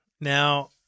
Now